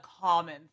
common